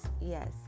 Yes